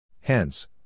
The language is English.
Hence